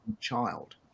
child